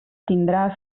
tindrà